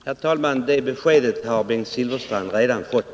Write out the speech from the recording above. Herr talman! Det beskedet har Bengt Silfverstrand redan fått.